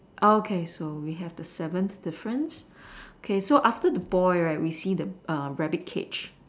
okay so we have the seventh difference okay so after the boy right we see err the rabbit cage